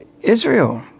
Israel